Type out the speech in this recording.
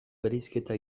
bereizketa